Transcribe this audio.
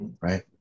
right